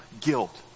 guilt